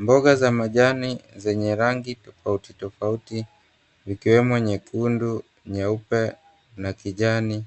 Mboga za majani zenye rangi tofauti tofauti ikiwemo nyekundu, nyeupe na kijani,